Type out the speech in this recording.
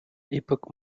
époque